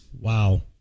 Wow